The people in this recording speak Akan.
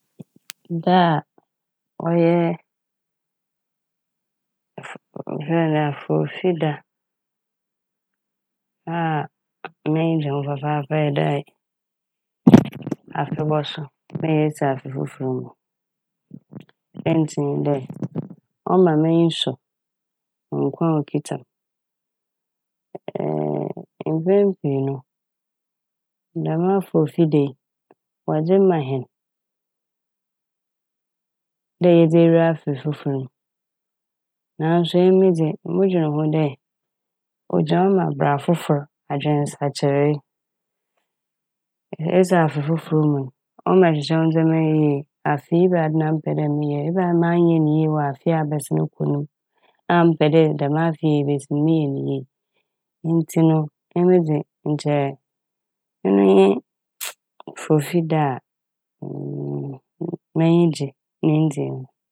Da a ɔyɛ afo- wɔfrɛ ne dɛn afofida a m'enyi gye ho papaapa nye dɛ afe bɔso ma yeesi afe fofor mu. Saintsir nye dɛ ɔma m'enyi sɔ nkwa a okitsa m'. mpɛn pii no dɛm afofida yi wɔdze ma hɛn dɛ yɛdze ewura afe fofor mu. Naaso emi dze modwen ho dɛ ogyina hɔ ma bra fofor, adwensakyeree. Yesi afe fofor mu n' ɔma ɛhyehyɛ wo ndzɛma nyinaa yie afe yi ɛbɛnadze na mɛyɛ, ebɛnadze na mannyɛ ne yie wɔ afe a ɔabɛsen kɔ ne mu a mepɛ dɛ dɛm afe a yebesi mu yi meyɛ no yie. Ntsi no emi dze nkyɛ ɔno nye Afofida a m'enyi gye ne ndzii ho.